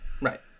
Right